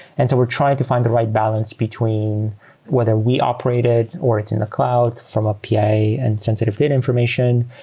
and so we're trying to find the right balance between whether we operate it or it's in the cloud from a pi and sensitive data information.